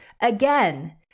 Again